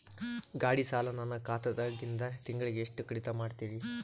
ಗಾಢಿ ಸಾಲ ನನ್ನ ಖಾತಾದಾಗಿಂದ ತಿಂಗಳಿಗೆ ಎಷ್ಟು ಕಡಿತ ಮಾಡ್ತಿರಿ?